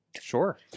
sure